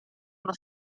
uno